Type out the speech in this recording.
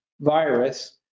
virus